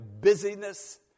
busyness